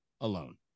alone